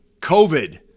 COVID